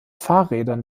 fahrrädern